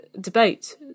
debate